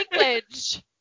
language